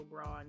bra